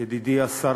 ידידי השר